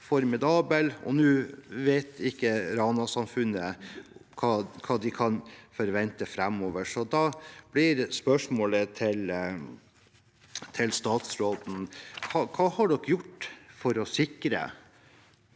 formidabel, og nå vet ikke Rana-samfunnet hva de kan forvente framover. Så da blir spørsmålet til statsråden: Hva har man gjort for å sikre